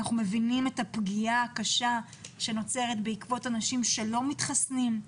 אנחנו מבינים את הפגיעה הקשה שנוצרת בעקבות אנשים שלא מתחסנים.